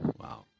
Wow